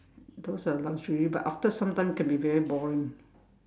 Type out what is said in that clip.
those are luxury but after some time can be very boring